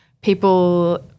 people –